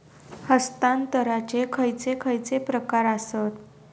हस्तांतराचे खयचे खयचे प्रकार आसत?